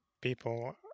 people